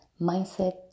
mindset